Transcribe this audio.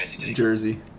jersey